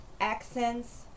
accents